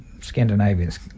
Scandinavians